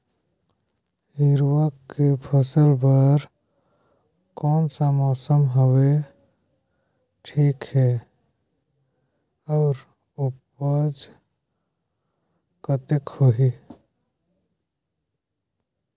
हिरवा के फसल बर कोन सा मौसम हवे ठीक हे अउर ऊपज कतेक होही?